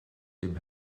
dem